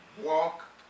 walk